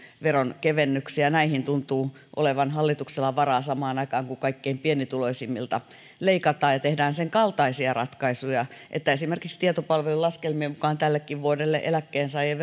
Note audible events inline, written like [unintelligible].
veronkevennyksiä näihin tuntuu olevan hallituksella varaa samaan aikaan kun kaikkein pienituloisimmilta leikataan ja tehdään senkaltaisia ratkaisuja että esimerkiksi tietopalvelun laskelmien mukaan tällekin vuodelle eläkkeensaajien [unintelligible]